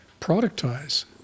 productize